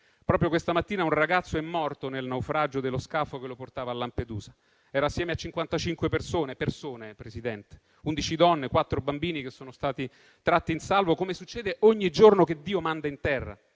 Proprio questa mattina un ragazzo è morto nel naufragio dello scafo che lo portava a Lampedusa. Era assieme a cinquanta persone - persone, signor Presidente - tra cui undici donne e quattro bambini, che sono state tratte in salvo, come succede ogni giorno che Dio manda in terra.